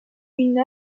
une